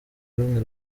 rumwe